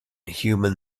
human